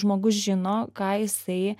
žmogus žino ką jisai